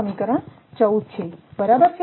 આ સમીકરણ 14 છે બરાબર